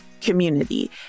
community